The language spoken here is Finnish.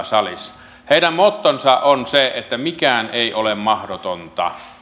salissa heidän mottonsa on se että mikään ei ole mahdotonta